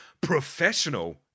professional